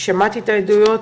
שמעתי את העדויות,